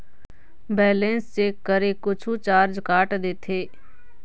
Balance check करें कुछू charge काट देथे?